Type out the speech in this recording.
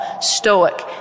stoic